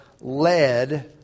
led